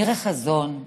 נראה חזון,